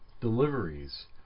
deliveries